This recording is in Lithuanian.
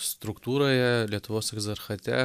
struktūroje lietuvos egzarchate